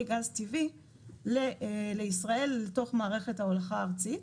גז טבעי לישראל לתוך מערכת ההולכה הארצית,